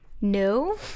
No